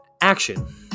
action